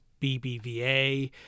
BBVA